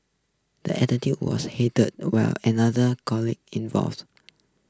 the attitude was heated while another colleague